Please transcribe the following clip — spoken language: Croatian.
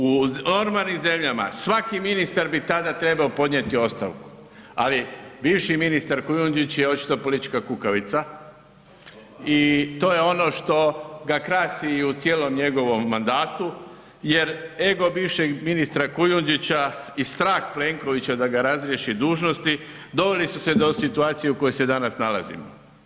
U normalnim zemljama svaki ministar bi tada trebao podnijeti ostavku, ali bivši ministar Kujundžić je očito politička kukavica i to je ono što ga krasi i u cijelom njegovom mandatu jer ego bivšeg ministra Kujundžića i strah Plenkovića da ga razriješi dužnosti doveli su se do situacije u kojoj se danas nalazimo.